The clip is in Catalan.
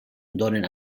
donen